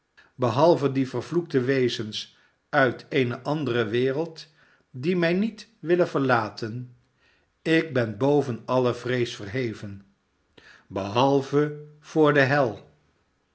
behalve die vervloekte wezens uit eene andere wereld die mij niet willen verlaten ik ben boven alle vrees verheven behalve voor de hel